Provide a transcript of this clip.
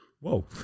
Whoa